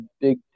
Big